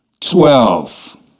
twelve